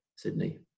Sydney